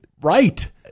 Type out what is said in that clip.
right